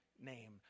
Name